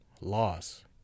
loss